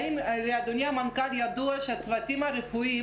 האם לאדוני המנכ"ל ידוע שהצוותים הרפואיים